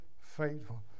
faithful